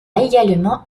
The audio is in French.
également